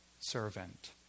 servant